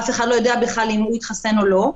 אף אחד לא יודע בכלל אם הוא התחסן או לא.